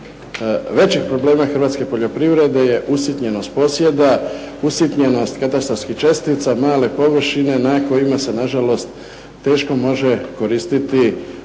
većih problema hrvatske poljoprivrede je usitnjenost posjeda, usitnjenost katastarskih čestica, male površine na kojima se na žalost teško može koristiti